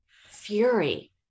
fury